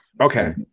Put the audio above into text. Okay